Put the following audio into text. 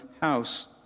house